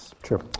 True